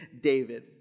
David